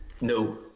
No